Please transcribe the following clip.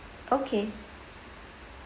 okay